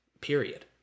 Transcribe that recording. period